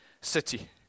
city